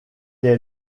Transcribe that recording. est